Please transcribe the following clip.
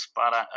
para